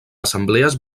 assemblees